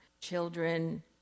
children